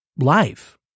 life